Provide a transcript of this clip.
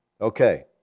Okay